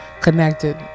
connected